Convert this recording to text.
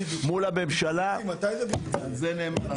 מול הממשלה --- על זה נאמר,